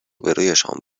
روبهرویشان